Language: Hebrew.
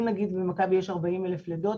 אם נגיד במכבי יש 40,000 לידות,